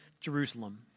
Jerusalem